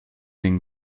den